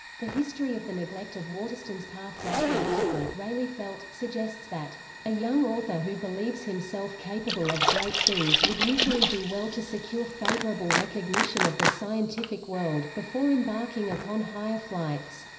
the history of the neglect of waterston's path-breaking article, rayleigh felt, suggests that a young author who believes himself capable of great things would usually do well to secure favourable recognition of the scientific world. before embarking upon higher flights.